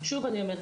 שוב אני אומרת,